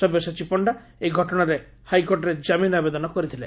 ସବ୍ୟସାଚୀ ପଣ୍ଡା ଏହି ଘଟଣାରେ ହାଇକୋର୍ଟରେ ଜାମିନ ଆବେଦନ କରିଥିଲେ